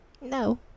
No